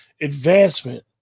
advancement